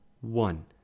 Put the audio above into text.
one